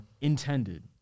intended